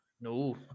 No